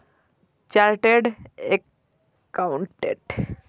chartered accountant कोनो व्यक्ति, company अथवा सरकार लेल काज कैर सकै छै